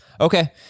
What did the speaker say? Okay